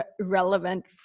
relevant